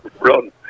run